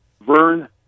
Vern